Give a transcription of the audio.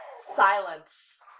Silence